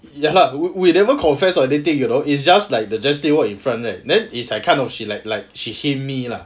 ya lah we we never confess or anything you know it's just like the jesley walk in front of right then it's kind of she like like she hint me lah